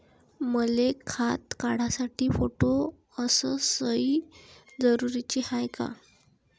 मले खातं काढासाठी फोटो अस सयी जरुरीची हाय का?